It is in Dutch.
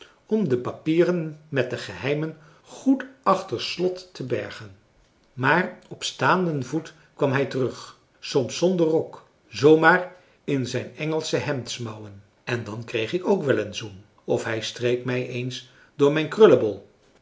om de papieren met de geheimen goed achter slot te françois haverschmidt familie en kennissen bergen maar op staanden voet kwam hij terug soms zonder rok z maar in zijn engelschehemdsmouwen en dan kreeg ik ook wel een zoen of hij streek mij eens door mijn krullebol